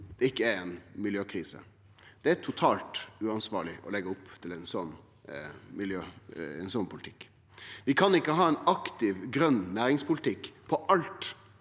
det ikkje er ei miljøkrise. Det er totalt uansvarleg å leggje opp til ein slik politikk. Vi kan ikkje ha ein aktiv grøn næringspolitikk for alt